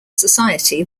society